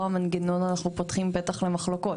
מנגנון אנחנו פותחים פתח למחלוקות?